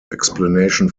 explanation